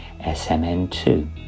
SMN2